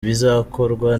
bizakorwa